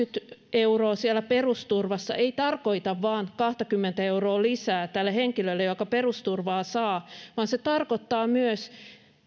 euroa siellä perusturvassa ei tarkoita vain kahtakymmentä euroa lisää tälle henkilölle joka perusturvaa saa vaan se tarkoittaa myös